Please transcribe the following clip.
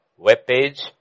webpage